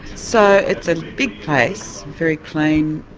so it's a big place, very clean,